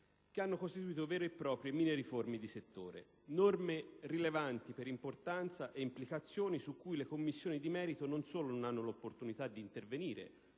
che hanno costituito vere e proprie mini-riforme di settore. Si tratta di norme rilevanti per importanza e implicazioni, su cui le Commissioni di merito non solo non hanno l'opportunità di intervenire